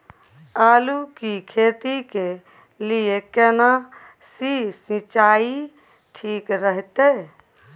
आलू की खेती के लिये केना सी सिंचाई ठीक रहतै?